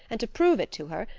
and to prove it to her,